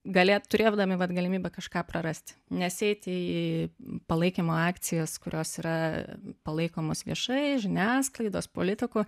galė turėdami vat galimybę kažką prarasti nes eiti į palaikymo akcijas kurios yra palaikomos viešai žiniasklaidos politikų